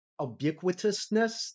ubiquitousness